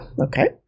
Okay